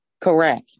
Correct